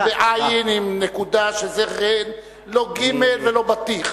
זה בעי"ן עם נקודה, שזה ע'ין, לא גימ"ל ולא בטיח.